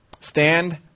Stand